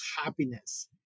happiness